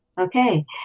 Okay